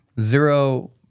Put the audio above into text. zero